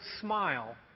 smile